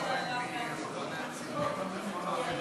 לא מעט בקשות דיבור,